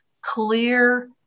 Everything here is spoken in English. clear